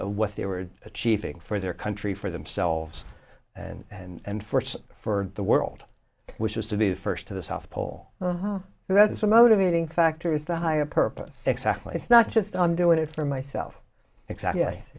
of what they were achieving for their country for themselves and and for for the world which was to be the first to the south pole who had some motivating factor is the higher purpose exactly it's not just i'm doing it for myself exactly